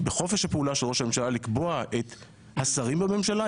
בחופש הפעולה של ראש הממשלה לקבוע את השרים בממשלה.